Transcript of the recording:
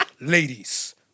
Ladies